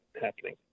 happening